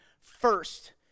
first